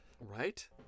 Right